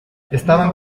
estaban